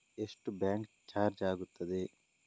ಎಷ್ಟು bank charge ಆಗುತ್ತದೆ?